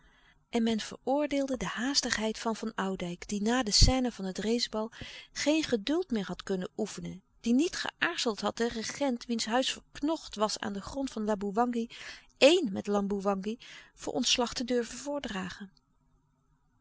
en men veroordeelde de haastigheid van van oudijck die na de scène van het race bal geen geduld meer had kunnen oefenen die niet geaarzeld had den regent wiens huis verknocht was aan den grond van laboewangi éen met laboewangi voor ontslag te durven voordragen